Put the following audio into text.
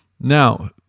Now